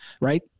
right